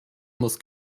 muss